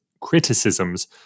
criticisms